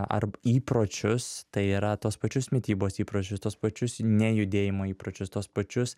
ar įpročius tai yra tuos pačius mitybos įpročius tuos pačius nejudėjimo įpročius tuos pačius